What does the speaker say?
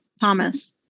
Thomas